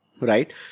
right